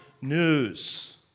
news